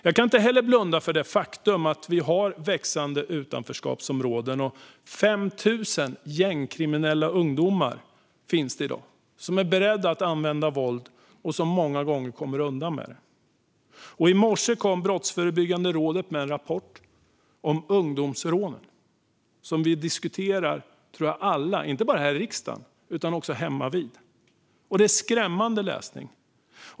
Jag kan inte blunda för det faktum att vi har växande utanförskapsområden. I dag finns det 5 000 gängkriminella ungdomar som är beredda att använda våld och många gånger kommer undan med att göra det. I morse kom Brottsförebyggande rådet med en rapport om ungdomsrån, som jag tror att vi alla diskuterar inte bara här i riksdagen utan också hemmavid. Det är skrämmande läsning.